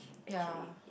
ya